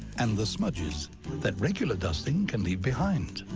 and the smudges that regular dusting can leave behind.